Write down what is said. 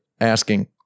asking